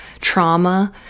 trauma